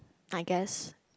I guess